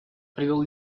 привел